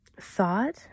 thought